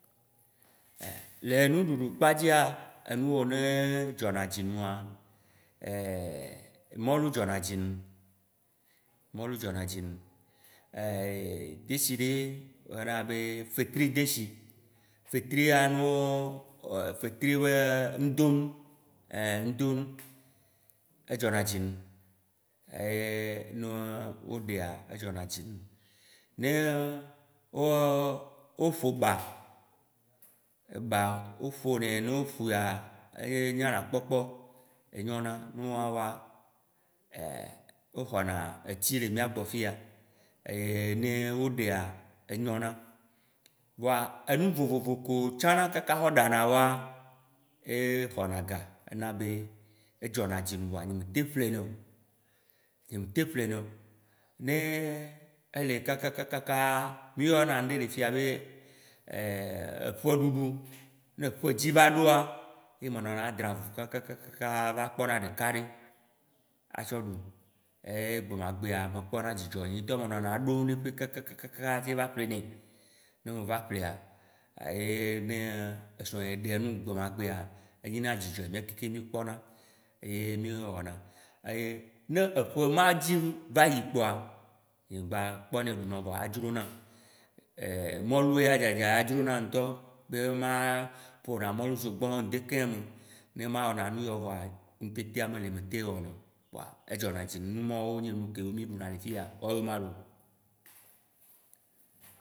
Le nuɖuɖu kpadzia, enuwo nee dzɔ na dzi nuŋa, mɔlu dzɔ na dzi num. Mɔlu dzɔ na dzi num. desi ɖe li wo yɔna be fetri desi, fetria nuwo fetri be ŋdonu, ein ŋdonu edzɔna dzi num, ne woɖae edzɔnadzi num. Ne wo oƒo ba, eba wo ƒo nɛ, ne wo ƒoa, enyana kpɔkpɔ, enyona nuwã woa, wo xɔna etsi le miagbɔ fi ya, ne wo ɖea, enyona. Voa enu vovovo kewo tsã na kɔ ɖana woa, exɔna ga, ena be edzɔna dzi nam voa nye me tem ƒlenɛ o. Nye me tem ƒlenɛ o, ne eli kakaka, mi yɔ na ŋɖe le fi ya be eƒe ɖuɖu, ne ƒe dzi va ɖoa, ye me nɔna dra avu kakakakakaa va kpɔna ɖeka ɖe atsɔ ɖu, ye gbemagbea, me kpɔna dzidzɔ nye ŋtɔ me nɔna eɖom ɖi kakakakakaa hafi va ƒle nɛ, ne va ƒlea, yene esrɔnye ɖae num gbemagbea, enye na dzidzɔ miakekeŋ mi kpɔna, ye mi wɔna, eye ne eƒe ma dzi va yi kpoa, mi gba kpɔ nɛ ɖuna o voa edzronam. Mɔlu ya dzadza edzronam ŋtɔ be ma ƒona mɔlu zogbɔ ŋdekĩyi me, ne ma wɔna nu yawo, voa ŋtetea meli me tem wɔnɛ o voa edzɔ na dzi numawoe nye nukewo mi ɖuna le fiya, wawoe mawo loo.